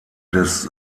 des